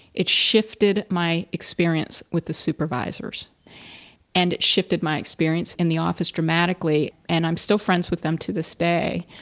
it shifted my experience with the supervisors and it shifted my experience in the office dramatically, and i'm still friends with them to this day.